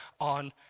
on